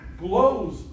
blows